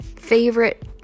favorite